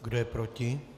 Kdo je proti?